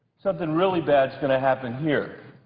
something really bad's going to happen here.